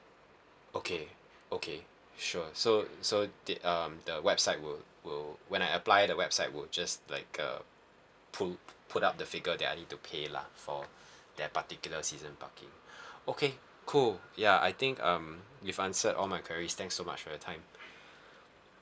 okay okay sure so so the um the website will will when I apply the website will just like uh pull put up the figure that I need to pay lah for that particular season parking okay cool ya I think um you've answered all my queries thanks so much for your time